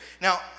Now